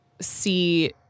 see